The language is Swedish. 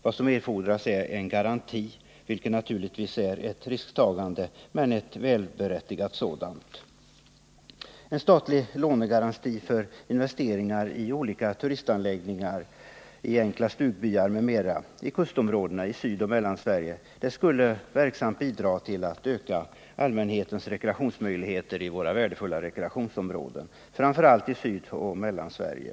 Det som erfordras är en garanti, vilket naturligtvis är ett risktagande, men ett välberättigat sådant. En statlig lånegaranti för investeringar i olika turistanläggningar, t.ex. enkla stugbyar i kustområdena och i Sydoch Mellansverige, skulle verksamt bidra till att öka allmänhetens rekreationsmöjligheter i våra värdefulla rekreationsområden — framför allt i Sydoch Mellansverige.